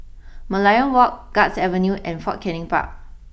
Merlion walk Guards Avenue and Fort Canning Park